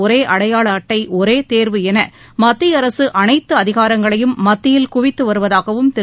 ஒரே அடையாள அட்டை ஒரே தேர்வு என மத்திய அரசு அனைத்து அதிகாரங்களையும் மத்தியில் குவித்து வருவதாகவும் திரு